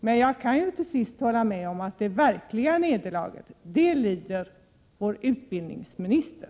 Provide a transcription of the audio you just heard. Men jag kan till sist hålla med om att det verkliga nederlaget, det lider vår utbildningsminister.